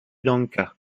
lanka